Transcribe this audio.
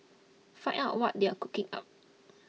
find out what they are cooking up